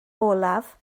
olaf